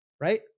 right